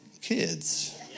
Kids